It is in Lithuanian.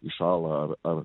iššąla ar ar